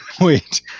Wait